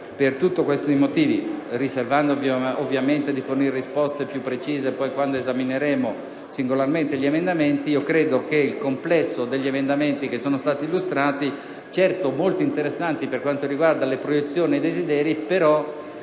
Per tutti questi motivi, riservandomi ovviamente di fornire risposte più precise quando esamineremo singolarmente gli emendamenti, credo che il complesso degli emendamenti che sono stati illustrati - certo molto interessanti per quanto riguarda le proiezioni e i desideri -